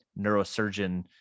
neurosurgeon